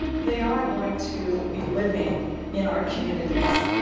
they are going to be living in our communities.